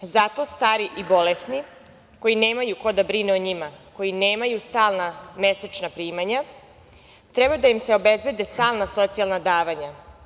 Zato starim i bolesnima koji nemaju ko da brinu o njima, koji nemaju stalna mesečna primanja treba da im se obezbede stalna socijalna davanja.